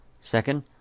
Second